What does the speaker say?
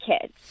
kids